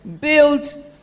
build